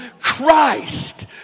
Christ